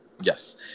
Yes